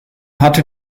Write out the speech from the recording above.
hatte